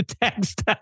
text